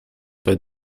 bei